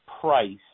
price